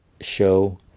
show